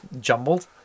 jumbled